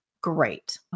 Great